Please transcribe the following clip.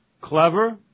clever